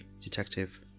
Detective